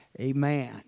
Amen